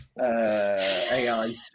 ai